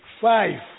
five